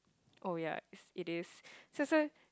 oh yeah is it is so so